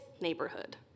neighborhood